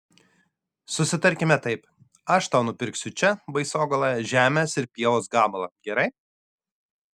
susitarkime taip aš tau nupirksiu čia baisogaloje žemės ir pievos gabalą gerai